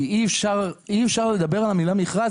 כי אי אפשר לדבר על המילה מכרז,